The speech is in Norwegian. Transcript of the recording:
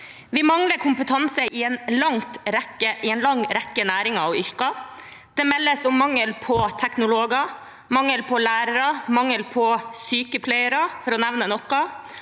Vi mangler kompetanse i en lang rekke næringer og yrker. Det meldes om mangel på teknologer, lærere og sykepleiere, for å nevne noe,